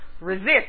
resist